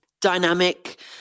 Dynamic